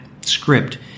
script